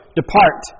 depart